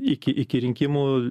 iki iki rinkimų